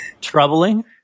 troubling